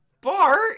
Bart